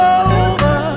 over